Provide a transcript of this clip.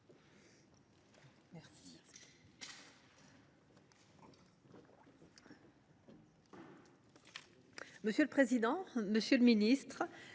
Merci